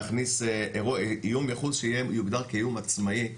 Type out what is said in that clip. להכניס איום ייחוס שיוגדר כאיום עצמאי,